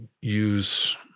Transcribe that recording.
use